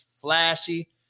flashy